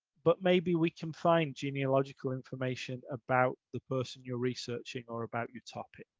but maybe we can find genealogical information about the person you're researching or about your topic.